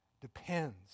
depends